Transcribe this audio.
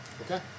Okay